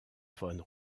von